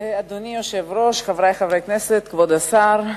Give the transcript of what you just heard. אדוני היושב-ראש, חברי חברי הכנסת, כבוד השר,